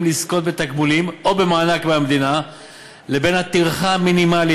לזכות בתגמולים או במענק מהמדינה לבין הטרחה המינימלית